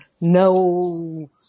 no